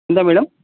ఎంత మేడం